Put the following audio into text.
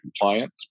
compliance